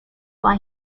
why